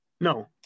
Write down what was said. No